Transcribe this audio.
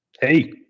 Hey